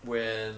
when